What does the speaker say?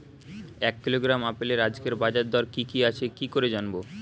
এক কিলোগ্রাম আপেলের আজকের বাজার দর কি কি আছে কি করে জানবো?